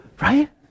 right